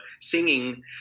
singing